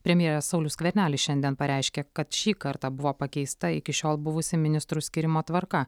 premjeras saulius skvernelis šiandien pareiškė kad šį kartą buvo pakeista iki šiol buvusi ministrų skyrimo tvarka